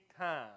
time